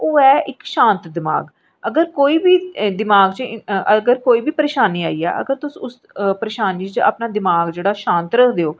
ओह् ऐ इक शांत दिमाग अगर कोई बी दिमाग च अगर कोई बी परेशानी आई जां अगर तुस उस परेशानी च अपना दिमाग जेह्ड़ा शांत रखदे ओ